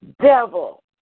Devil